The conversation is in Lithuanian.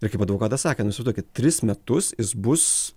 taip kaip advokatas sakė nu įsivaizduokit tris metus jis bus